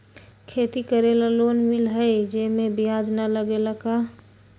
खेती करे ला लोन मिलहई जे में ब्याज न लगेला का?